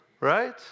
right